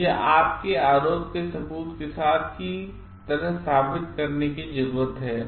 तो यहआपके आरोप के सबूत के साथ की तरहसाबितकरने की जरूरत है